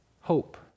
Hope